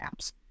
apps